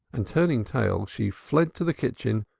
and turning tail, she fled to the kitchen,